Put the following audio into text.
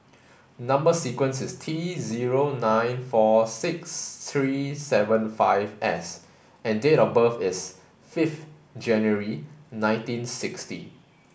number sequence is T zero nine four six three seven five S and date of birth is fifth January nineteen sixty